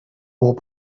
more